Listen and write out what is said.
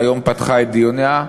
שהיום פתחה את דיוניה,